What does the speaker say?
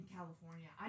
California